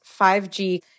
5G